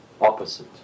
opposite